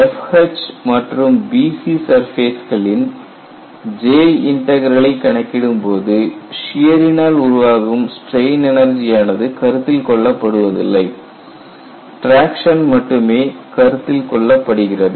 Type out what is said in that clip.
FH மற்றும் BC சர்ஃபேஸ்களின் J இன்டக்ரலை கணக்கிடும் போது சியரினால் உருவாகும் ஸ்ட்ரெயின் எனர்ஜியானது கருத்தில் கொள்ளப்படுவதில்லை டிராக்சன் மட்டுமே கருத்தில் கொள்ளப்படுகிறது